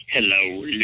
Hello